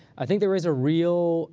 i think there is a real